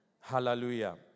Hallelujah